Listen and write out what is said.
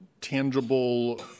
tangible